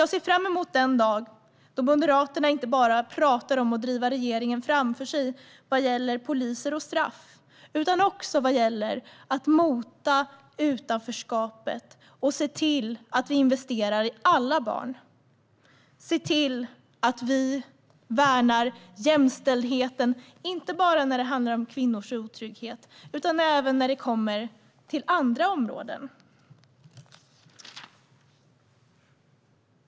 Jag ser fram emot den dag då Moderaterna inte bara pratar om att driva regeringen framför sig vad gäller poliser och straff utan också vad gäller att mota utanförskapet och se till att vi investerar i alla barn och värnar jämställdheten, inte bara när det handlar om kvinnors otrygghet utan även när det gäller andra områden.